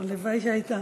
--- הלוואי שהייתה.